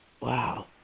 Wow